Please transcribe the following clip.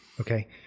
Okay